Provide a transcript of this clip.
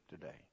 today